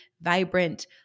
vibrant